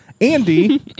Andy